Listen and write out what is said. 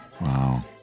Wow